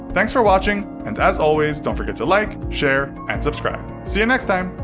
thanks for watching, and, as always, don't forget to like, share, and subscribe. see you next time!